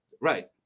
Right